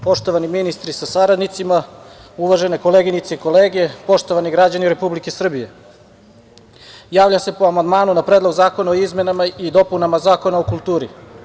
Poštovani ministri sa saradnicima, uvažene koleginice i kolege, poštovani građani Republike Srbije, javljam se po amandmanu na Predlog zakona o izmenama i dopunama Zakona o kulturi.